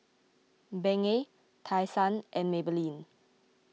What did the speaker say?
Bengay Tai Sun and Maybelline